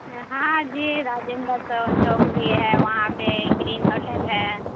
ہاں جی راجندر تو چوک بھی ہے وہاں پہ گرین ہوٹل ہے